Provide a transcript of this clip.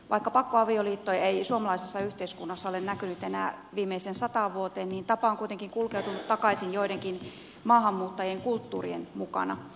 vaikka pakkoavioliittoja ei suomalaisessa yhteiskunnassa ole näkynyt enää viimeiseen sataan vuoteen niin tapa on kuitenkin kulkeutunut takaisin joidenkin maahanmuuttajien kulttuurien mukana